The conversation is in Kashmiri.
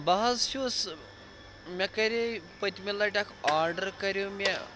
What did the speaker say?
بہٕ حظ چھُس مےٚ کَرے پٔتمہِ لَٹہِ اَکھ آرڈَر کَریو مےٚ